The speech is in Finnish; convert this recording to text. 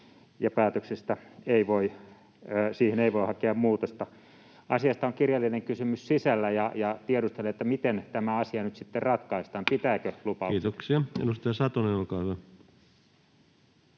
päätökseen ei voi hakea muutosta. Asiasta on kirjallinen kysymys sisällä, ja tiedustelen: Miten tämä asia nyt sitten ratkaistaan? Pitääkö lupaus? Kiitoksia. — Edustaja Satonen, olkaa hyvä.